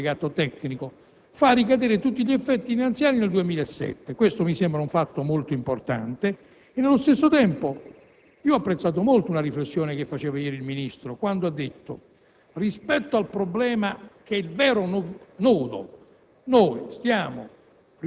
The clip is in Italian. del tutto evidente che la scelta del decreto collegato alla finanziaria, come collegato sostanzialmente tecnico, fa ricadere tutti gli effetti finanziari nel 2007. Questo mi sembra un fatto molto importante. Allo stesso tempo, ho molto apprezzato la riflessione di ieri del Ministro, quando egli